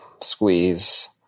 Squeeze